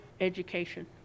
education